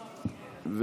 202,